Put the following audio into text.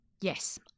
Yes